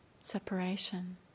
separation